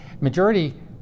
Majority